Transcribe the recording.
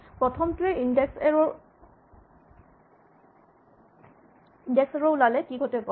প্ৰথমটোৱে index error ওলালে কি ঘটে কয়